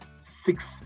six